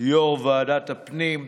יו"ר ועדת הפנים,